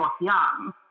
young